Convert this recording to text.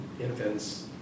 infants